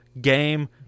game